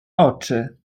oczy